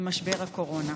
במשבר הקורונה.